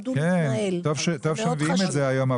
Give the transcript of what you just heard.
טוב שמביאים את זה היום.